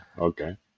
Okay